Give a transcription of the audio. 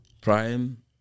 Prime